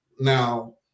Now